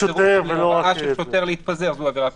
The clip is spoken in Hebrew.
סירוב הוראה של שוטר להתפזר זו עבירה פלילית.